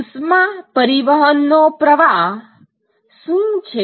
ઉષ્મા પરિવહન નો પ્રવાહ શું છે